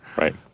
Right